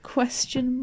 Question